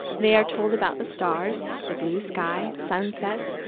they are told about the stars, the blue sky, sunsets,